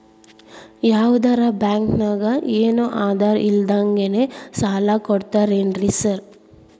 ಯಾವದರಾ ಬ್ಯಾಂಕ್ ನಾಗ ಏನು ಆಧಾರ್ ಇಲ್ದಂಗನೆ ಸಾಲ ಕೊಡ್ತಾರೆನ್ರಿ ಸಾರ್?